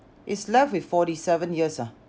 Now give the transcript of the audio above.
it's left with forty seven years ah